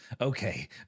Okay